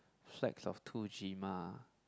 flags of two